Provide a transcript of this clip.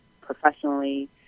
professionally